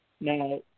Now